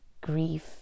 grief